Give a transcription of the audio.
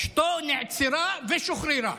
אשתו נעצרה ושוחררה.